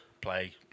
play